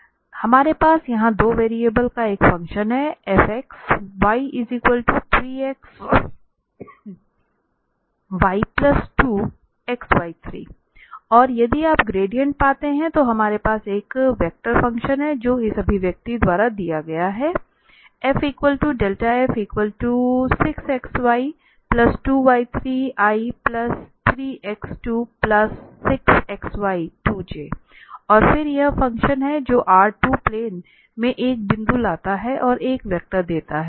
तो उदाहरण के लिए हमारे पास यहां 2 वेरिएबल का एक फंक्शन है fxy3x2y2 xy 3 और यदि आप ग्रेडिएंट पाते हैं तो हमारे पास एक वेक्टर फंक्शन है जो इस अभिव्यक्ति द्वारा दिया गया है f∇f6xy2y3 i3x26 xy 2 j और फिर यह फंक्शन है जो R 2 प्लेन में एक बिंदु लेता है और एक वेक्टर देता है